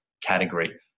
category